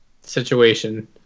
situation